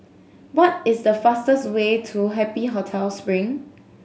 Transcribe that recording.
what is the fastest way to Happy Hotel Spring